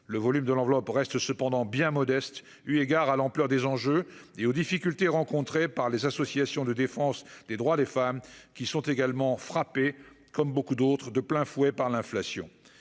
le volume de l'enveloppe reste cependant bien modeste, eu égard à l'ampleur des enjeux et aux difficultés rencontrées par les associations de défense des droits des femmes qui sont également frappés comme beaucoup d'autres de plein fouet par l'inflation,